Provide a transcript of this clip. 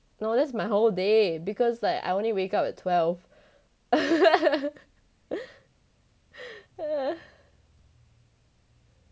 no that's my whole day because like I only wake up at twelve